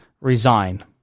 resign